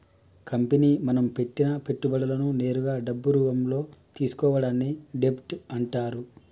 company మనం పెట్టిన పెట్టుబడులను నేరుగా డబ్బు రూపంలో తీసుకోవడాన్ని డెబ్ట్ అంటరు